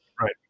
Right